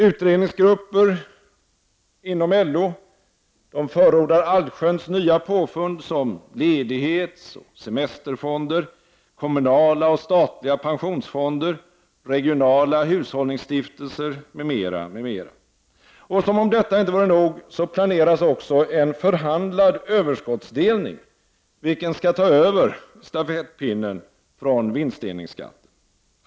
Utredningsgrupper inom LO förordar allsköns nya påfund som ledighetsoch semesterfonder, kommunala och statliga pensionsfonder samt regionala hushållningsstiftelser m.m. Som om detta inte vore nog planeras också en ”förhandlad överskottsdelning”, vilken skall ta över stafettpinnen från vinstdelningsskatten.